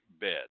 bed